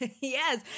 Yes